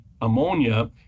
ammonia